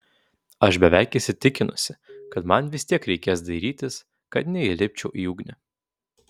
aš beveik įsitikinusi kad man vis tiek reikės dairytis kad neįlipčiau į ugnį